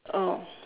oh